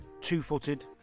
two-footed